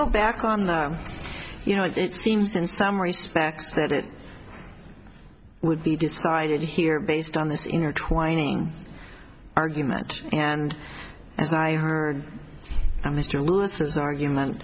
go back on the you know it seems in some respects that it would be decided here based on this intertwining argument and as i heard mr lewis this argument